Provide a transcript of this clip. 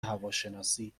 هواشناسی